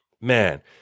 man